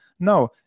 No